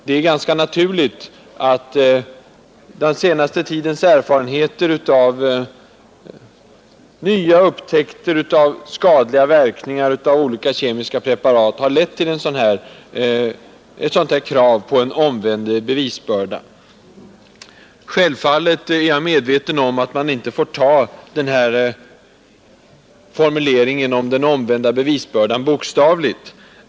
Det är ganska naturligt att den senaste tidens erfarenheter och nya upptäckter av skadliga verkningar av olika kemiska preparat har lett till ett sådant krav på en omvänd bevisbörda. Självfallet är jag medveten om att man inte får ta den här formuleringen om den omvända bevisbördan bokstavligt.